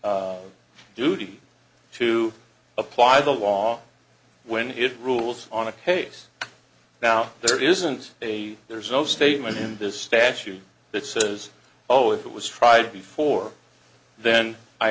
duty to apply the law when it rules on a case now there isn't a there's no statement in this statute that says oh it was tried before then i